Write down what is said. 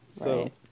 Right